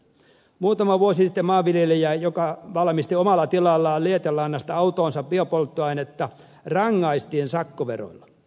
muutama vuosi sitten maanviljelijää joka valmisti omalla tilallaan lietelannasta autoonsa biopolttoainetta rangaistiin sakkoverolla